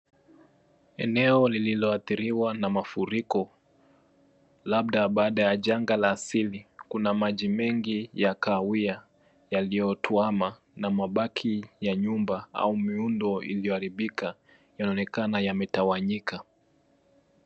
Eneo lililoadhiriwa na mafuriko, labda baada ya janga la asili, kuna maji mengi ya kahawia yaliyotuama na mabaki ya nyumba au miundo iliyoharibika, inaonekana yametawanyika.